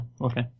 okay